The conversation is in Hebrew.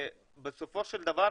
בסופו של דבר,